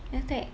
then after that